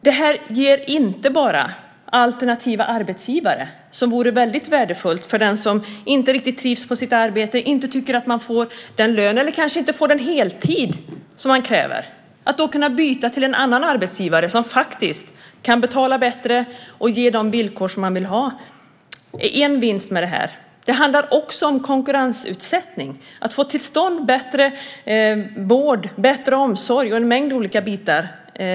Det här ger alternativa arbetsgivare, något som vore värdefullt för den som inte riktigt trivs på sitt arbete, inte tycker att hon får den lön hon vill ha eller kanske inte får den heltid som hon kräver. Då kan man byta till en annan arbetsgivare som faktiskt kan betala bättre och ge de villkor man vill ha. Det är en vinst med det här. Det handlar också om konkurrensutsättning, att få till stånd bättre vård och omsorg och en mängd olika saker.